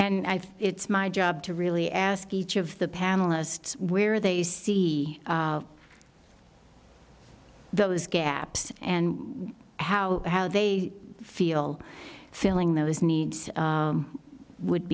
think it's my job to really ask each of the panelists where they see those gaps and how how they feel filling those needs would